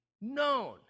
known